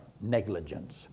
negligence